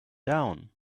down